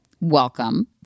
Welcome